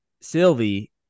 Sylvie